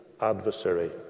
Adversary